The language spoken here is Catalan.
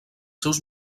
seus